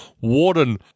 Warden